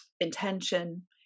intention